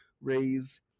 raise